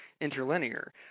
Interlinear